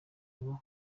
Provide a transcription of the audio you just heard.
ngo